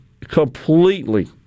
completely